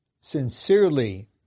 sincerely